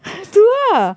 tu ah